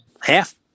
Half